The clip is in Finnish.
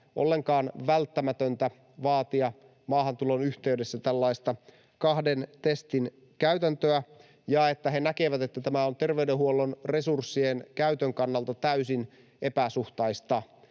ollenkaan välttämätöntä vaatia maahantulon yhteydessä tällaista kahden testin käytäntöä, ja että he näkevät, että tämä on terveydenhuollon resurssien käytön kannalta täysin epäsuhtaista,